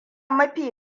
mafi